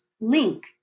link